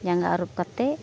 ᱡᱟᱸᱜᱟ ᱟᱹᱨᱩᱵᱽ ᱠᱟᱛᱮᱫ